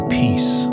peace